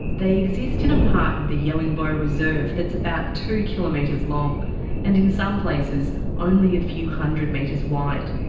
they exist in a part of the yellingbo reserve that's about two kilometres long and in some places only a few hundred metres wide.